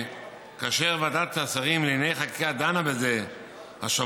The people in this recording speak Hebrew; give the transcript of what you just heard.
שכאשר ועדת השרים לענייני חקיקה דנה בזה השבוע,